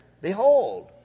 Behold